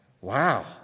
Wow